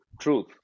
truth